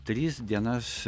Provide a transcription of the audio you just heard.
tris dienas